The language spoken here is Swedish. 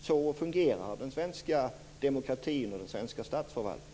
Så fungerar den svenska demokratin och den svenska statsförvaltningen.